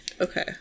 Okay